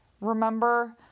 remember